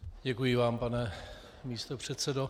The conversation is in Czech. Děkuji vám, pane místopředsedo.